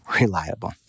reliable